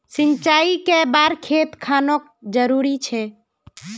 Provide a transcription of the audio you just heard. सिंचाई कै बार खेत खानोक जरुरी छै?